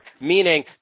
Meaning